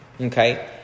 Okay